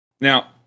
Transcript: Now